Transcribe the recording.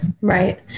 Right